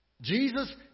Jesus